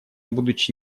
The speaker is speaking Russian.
будучи